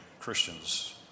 Christians